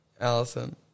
Allison